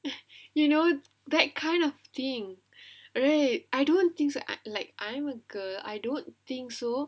you know that kind of thing right I don't think so I like I'm a girl I don't think so